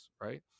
right